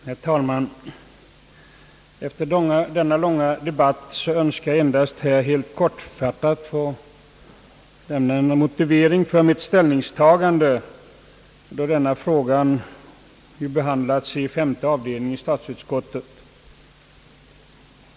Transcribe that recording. Herr talman! Efter denna långa debatt önskar jag endast helt kortfattat få lämna en motivering för mitt ställningstagande, eftersom denna fråga behandlats i statsutskottets femte avdelning.